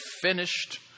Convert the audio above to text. finished